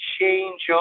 change